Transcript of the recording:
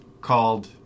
called